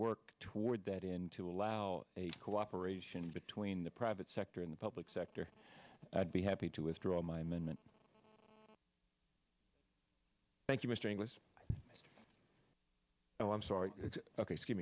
work toward that in to allow a cooperation between the private sector in the public sector i'd be happy to withdraw my men thank you mr inglis and i'm sorry ok so give